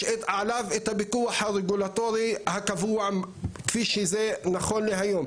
עליו את הפיקוח הרגולטורי הקבוע כפי שזה נכון להיום,